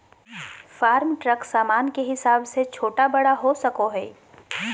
farm truck सामान के हिसाब से छोटा बड़ा हो सको हय